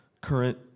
current